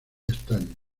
estaño